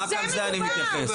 רק לזה אני מתייחס.